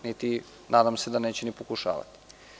Nadam se da neće ni pokušavati.